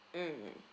mm